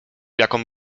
jaką